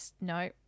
No